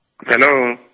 Hello